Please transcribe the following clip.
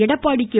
Edappadi K